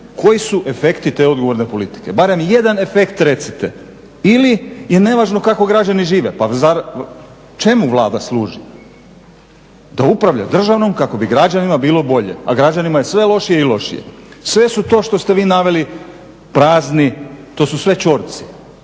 Koji su efekti te odgovorne politike? Barem jedan efekt recite ili je nevažno kako građani žive. Pa čemu Vlada služi? Da uprava državom kako bi građanima bilo bolje, a građanima je sve lošije i lošije. Sve su to što ste vi naveli prazni, to su sve čorci,